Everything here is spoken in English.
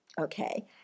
okay